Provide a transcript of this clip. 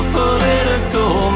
political